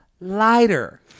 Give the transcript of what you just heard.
Lighter